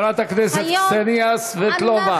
חברת הכנסת קסניה סבטלובה.